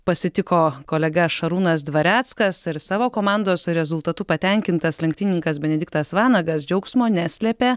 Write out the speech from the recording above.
pasitiko kolega šarūnas dvareckas ir savo komandos rezultatu patenkintas lenktynininkas benediktas vanagas džiaugsmo neslepia